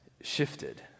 shifted